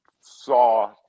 saw